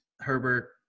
Herbert